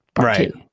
Right